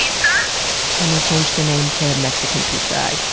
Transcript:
yeah when they changed the name to mexican pizza,